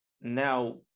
now